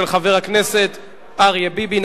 התשע"ב 2011,